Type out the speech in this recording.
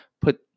put